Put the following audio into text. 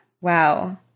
wow